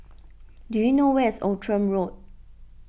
do you know where is Outram Road